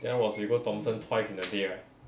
hat was we go thomson twice in a day right